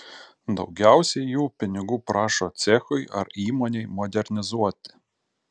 daugiausiai jų pinigų prašo cechui ar įmonei modernizuoti